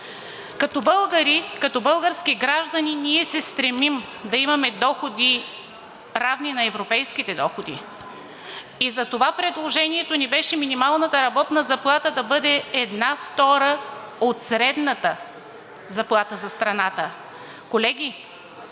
Като българи, като български граждани, ние се стремим да имаме доходи, равни на европейските доходи. Затова предложението ни беше минималната работна заплата да бъде една втора от средната заплата за страната. Колеги,